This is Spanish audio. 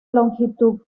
longitud